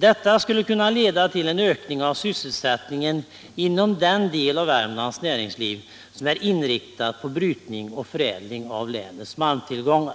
Detta skulle kunna leda till en ökning av sysselsättningen inom den del av Värmlands näringsliv som är inriktad på brytning och förädling av länets malmtillgångar.